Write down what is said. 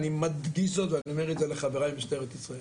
אני מדגיש זאת ואני אומר את זה לחבריי במשטרת ישראל,